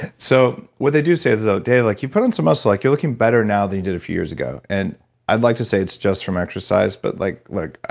so what they do say is though, dave, like you put on some muscle like you're looking better now than you did a few years ago, and i'd like to say it's just from exercise, but like look,